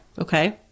Okay